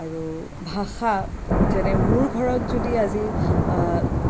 আৰু ভাষা যেনে মোৰ ঘৰত যদি আজি